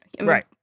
Right